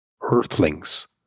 earthlings